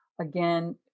Again